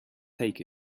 take